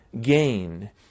gain